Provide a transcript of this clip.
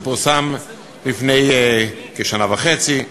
שפורסם לפני כשנה וחצי.